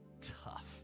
tough